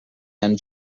and